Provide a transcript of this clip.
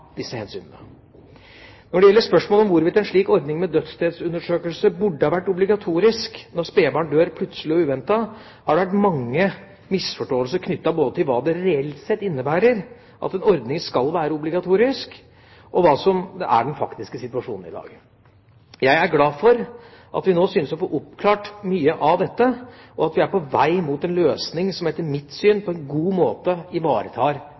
disse hensynene. Når det gjelder spørsmålet om hvorvidt en slik ordning med dødsstedsundersøkelse burde vært obligatorisk når spedbarn dør plutselig og uventet, har det vært mange misforståelser knyttet både til hva det reelt sett innebærer at en ordning skal være obligatorisk, og hva som er den faktiske situasjonen i dag. Jeg er glad for at vi nå syns å få oppklart mye av dette, og at vi er på vei mot en løsning som etter mitt syn på en god måte ivaretar